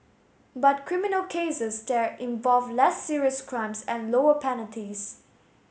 but criminal cases there involve less serious crimes and lower penalties